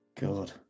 God